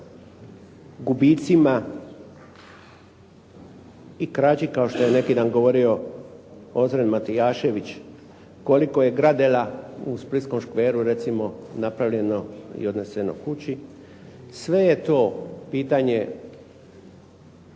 gubicima i krađi kao što je neki dan govorio Ozren Matijašević, koliko je gradela u splitskom škveru recimo napravljeno i odneseno kući. Sve je to pitanje na